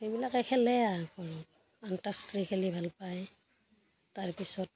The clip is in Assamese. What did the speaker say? সেইবিলাকে খেলে আৰ অন্ত আক্ষৰি খেলি ভাল পায় তাৰপিছত